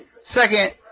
second